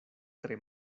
tre